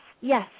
Yes